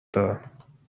دارم